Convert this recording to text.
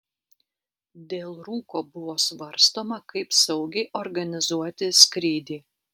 dėl rūko buvo svarstoma kaip saugiai organizuoti skrydį